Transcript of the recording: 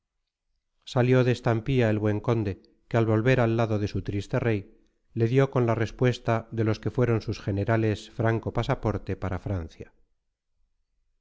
salió de estampía el buen conde que al volver al lado de su triste rey le dio con la respuesta de los que fueron sus generales franco pasaporte para francia